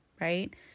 right